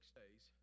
days